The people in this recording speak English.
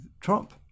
Trump